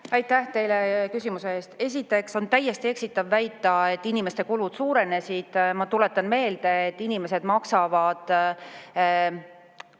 Aitäh teile küsimuse eest! Esiteks, on täiesti eksitav väita, et inimeste kulud on suurenenud. Ma tuletan meelde, et kui vanasti